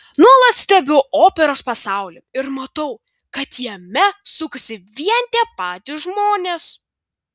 nuolat stebiu operos pasaulį ir matau kad jame sukasi vien tie patys žmonės